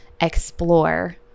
explore